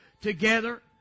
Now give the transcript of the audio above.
together